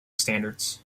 standards